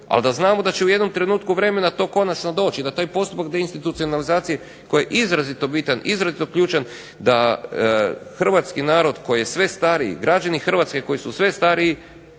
ali da znamo da će u jednom trenutku vremena to konačno doći i da taj postupak deinstitucionalizacije koji je izrazito bitan, izrazito ključan da hrvatski narod koji je sve stariji, građani Hrvatske koji su sve stariji